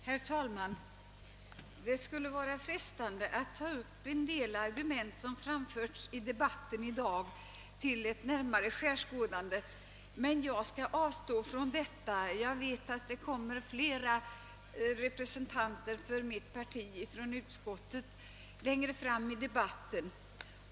Herr talman! Det skulle vara frestande att ta upp en del av de argument som framförts i dagens debatt till närmare skärskådande men jag skall avstå, ty jag vet att flera representanter för mitt parti i utskottet skall tala senare.